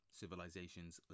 civilizations